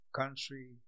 country